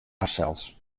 harsels